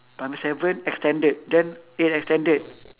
primary seven extended then eight extended